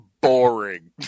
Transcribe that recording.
boring